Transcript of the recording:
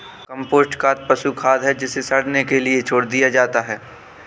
compost खाद पशु खाद है जिसे सड़ने के लिए छोड़ दिया जाता है